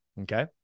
okay